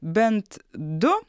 bent du